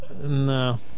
No